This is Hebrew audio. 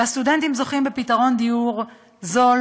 ומצד שני הסטודנטים זוכים בפתרון דיור זול,